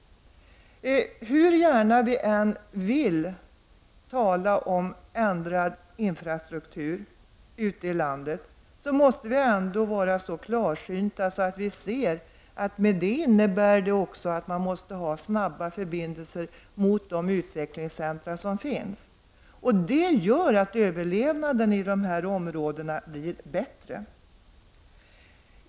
Hur gärna vi än vill tala om ändrad infrastruktur ute i landet, måste vi ändå vara så klarsynta att vi ser att detta också innebär att det är nödvändigt att ha bra förbindelser med de utvecklingscentra som finns. Sådana förbindelser gör att överlevnaden i dessa områden blir bättre.